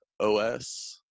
OS